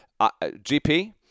GP